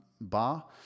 Bar